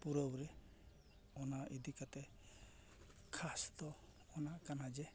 ᱯᱩᱨᱟᱹᱣ ᱨᱮ ᱚᱱᱟ ᱤᱫᱤ ᱠᱟᱛᱮᱫ ᱠᱷᱟᱥ ᱫᱚ ᱚᱱᱟ ᱠᱟᱱᱟ ᱡᱮ